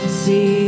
see